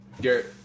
Garrett